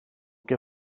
que